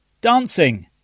Dancing